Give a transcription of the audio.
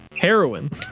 heroin